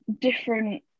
different